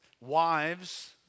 Wives